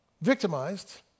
victimized